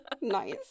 Nice